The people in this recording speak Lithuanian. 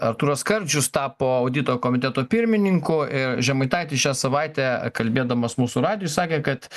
artūras skardžius tapo audito komiteto pirmininku žemaitaitis šią savaitę kalbėdamas mūsų radijui sakė kad